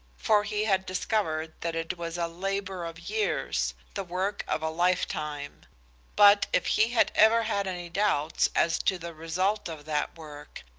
for he had discovered that it was a labor of years, the work of a lifetime but if he had ever had any doubts as to the result of that work,